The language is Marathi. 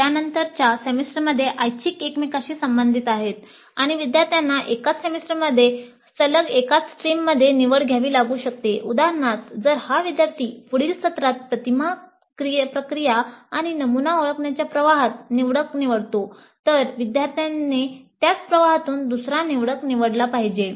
त्यानंतरच्या सेमिस्टरमध्ये ऐच्छिक एकमेकांशी संबंधित आहेत आणि विद्यार्थ्यांना एकाच सेमिस्टरमध्ये सलग एकाच स्ट्रीममध्ये निवडक निवडतो तर विद्यार्थ्याने त्याच प्रवाहातून दुसरा निवडक निवडला पाहिजे